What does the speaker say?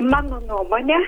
mano nuomone